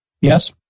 yes